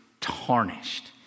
tarnished